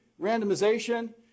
randomization